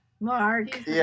Mark